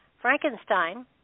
Frankenstein